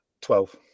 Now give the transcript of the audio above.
twelve